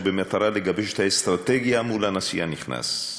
במטרה לגבש את האסטרטגיה מול הנשיא הנכנס.